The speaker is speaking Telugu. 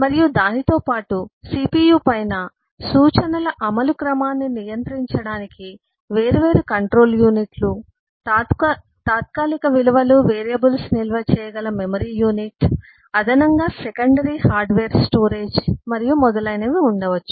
మరియు దానితోపాటు CPU పైన సూచనల అమలు క్రమాన్ని నియంత్రించడానికి వేర్వేరు కంట్రోల్ యూనిట్లు తాత్కాలిక విలువలు వేరియబుల్స్ నిల్వ చేయగల మెమరీ యూనిట్ అదనంగా సెకండరీ హార్డ్వేర్ స్టోరేజ్ మరియు మొదలైనవి ఉండవచ్చు